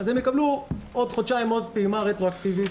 אז הם יקבלו עוד חודשיים עוד פעימה רטרואקטיבית,